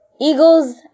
eagles